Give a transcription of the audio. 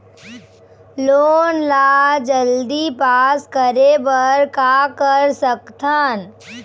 Loan ला जल्दी pass करे बर का कर सकथन?